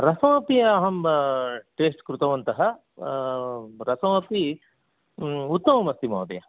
रसमपि अहं टेस्ट् कृतवन्तः रसमपि उत्तममस्ति महोदय